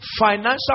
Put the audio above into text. financial